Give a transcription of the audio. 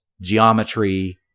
geometry